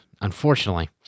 Unfortunately